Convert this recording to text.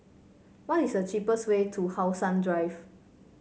what is the cheapest way to How Sun Drive